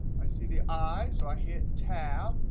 i see the i, so i hit tab.